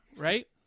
right